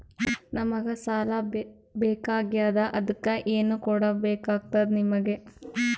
ನಮಗ ಸಾಲ ಬೇಕಾಗ್ಯದ ಅದಕ್ಕ ಏನು ಕೊಡಬೇಕಾಗ್ತದ ನಿಮಗೆ?